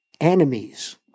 enemies